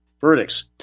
verdicts